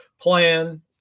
Plan